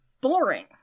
boring